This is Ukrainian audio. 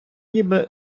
ніби